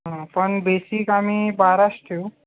पण बेसिक आम्ही बाराच ठेऊ